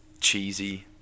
cheesy